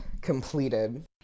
completed